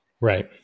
right